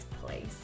place